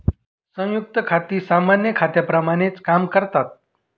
संयुक्त खाती सामान्य खात्यांप्रमाणेच काम करतात